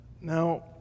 Now